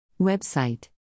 Website